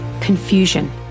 confusion